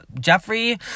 Jeffrey